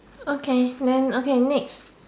okay then okay next